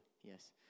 Yes